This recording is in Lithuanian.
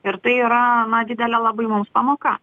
ir tai yra didelė labai mums pamoka